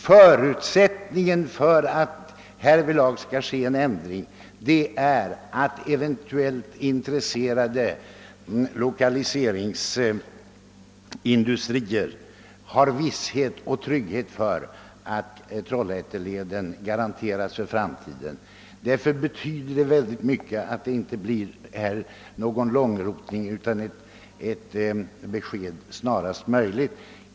Förutsättningen för en ändring härvidlag till det bättre är att industrier som eventuellt är intresserade av lokalisering till området kan vara förvissade om att Trollhätteleden upprätthålles och förbättras i framtiden. Därför betyder det synnerligen mycket att det inte blir någon långrotning med kanalfrågan utan att ett besked lämnas snarast möjligt.